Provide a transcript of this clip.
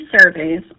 surveys